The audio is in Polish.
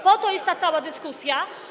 Po to jest ta cała dyskusja?